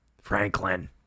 Franklin